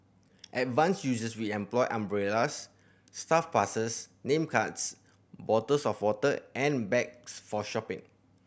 advanced users will employ umbrellas staff passes name cards bottles of water and bags for shopping